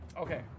okay